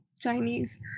chinese